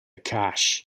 cache